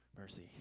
mercy